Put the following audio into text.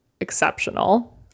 exceptional